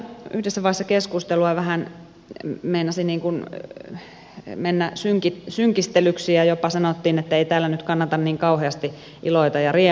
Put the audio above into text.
tässä yhdessä vaiheessa keskustelua vähän meinasi mennä synkistelyksi ja jopa sanottiin että ei täällä nyt kannata niin kauheasti iloita ja riemuita